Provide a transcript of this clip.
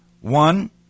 One